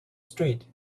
street